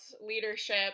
leadership